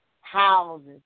houses